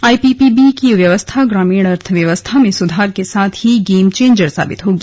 IPPB की व्यवस्था ग्रामीण अर्थव्यवस्था में सुधार के साथ ही गेम चेन्जर साबित होगी